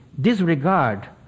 disregard